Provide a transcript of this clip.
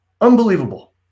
Unbelievable